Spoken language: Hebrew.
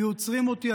היו עוצרים אותי,